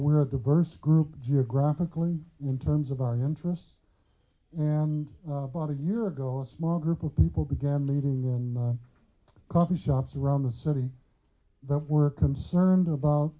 we are diverse group geographically in terms of our interests and about a year ago a small group of people began leaving and coffee shops around the city that were concerned about